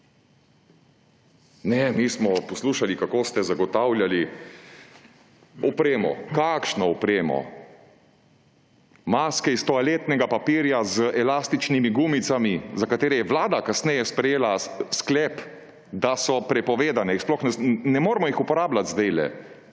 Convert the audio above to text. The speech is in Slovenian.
Ne, mi smo poslušali, kako ste zagotavljali opremo. Kakšno opremo? Maske iz toaletnega papirja z elastičnimi gumicami, za katere je vlada kasneje sprejela sklep, da so prepovedane, ne moremo jih uporabljati. To je